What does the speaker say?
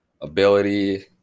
ability